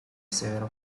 several